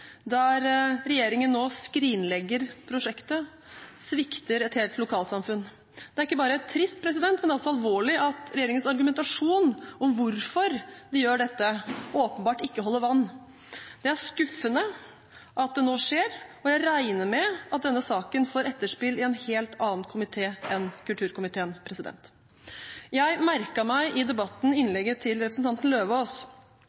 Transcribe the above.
regjeringen skrinlegger nå prosjektet og svikter et helt lokalsamfunn. Det er ikke bare trist, men også alvorlig at regjeringens argumentasjon om hvorfor de gjør dette, åpenbart ikke holder vann. Det er skuffende at det nå skjer, og jeg regner med at denne saken får etterspill i en helt annen komité enn kulturkomiteen. Jeg merket meg i debatten innlegget til representanten